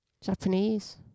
japanese